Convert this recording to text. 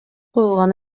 коюлган